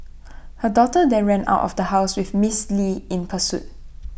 her daughter then ran out of house with miss li in pursuit